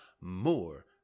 more